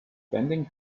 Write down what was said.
bending